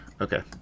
Okay